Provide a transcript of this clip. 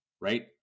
Right